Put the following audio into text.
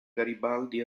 garibaldi